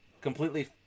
completely